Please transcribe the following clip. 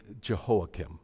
Jehoiakim